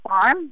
farm